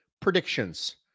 predictions